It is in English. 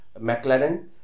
McLaren